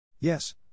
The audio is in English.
Yes